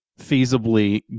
feasibly